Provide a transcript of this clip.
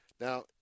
Now